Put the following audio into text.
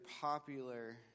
popular